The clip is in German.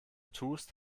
tust